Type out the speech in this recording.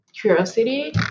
curiosity